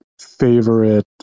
favorite